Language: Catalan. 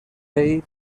ell